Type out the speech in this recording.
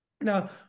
Now